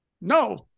no